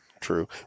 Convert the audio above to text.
True